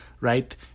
right